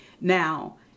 Now